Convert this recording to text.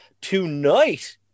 tonight